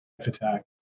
attack